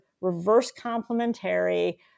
reverse-complementary